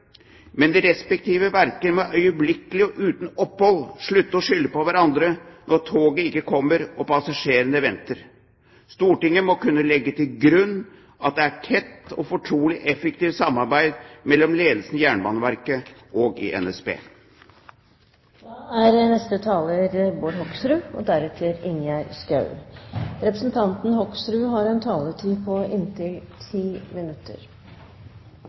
men de respektive verker må øyeblikkelig og uten opphold slutte å skylde på hverandre når toget ikke kommer, og passasjerene venter. Stortinget må kunne legge til grunn at det er et tett, fortrolig og effektivt samarbeid mellom ledelsen i Jernbaneverket og i NSB. Egentlig har jeg lyst til å starte med å takke alle de menneskene som jobber innenfor kollektivtransporten i Norge, for det store paradokset er på